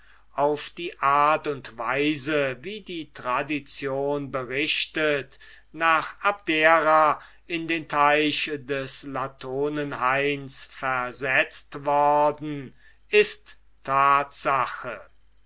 auf die art und weise wie die tradition berichtet nach abdera in den teich des latonenhains versetzt worden ist tatsache